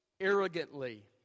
arrogantly